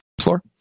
floor